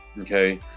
Okay